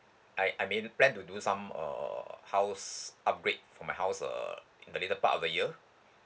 I I mean plan to do some err house upgrade for my house err in the later part of the year